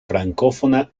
francófona